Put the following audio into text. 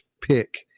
pick